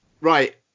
right